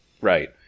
Right